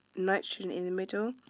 nitrogen in the middle.